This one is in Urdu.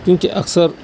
کیوںکہ اکثر